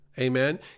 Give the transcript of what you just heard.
Amen